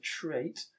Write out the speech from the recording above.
trait